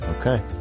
Okay